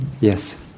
Yes